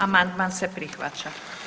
Amandman se prihvaća.